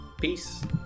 Peace